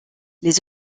les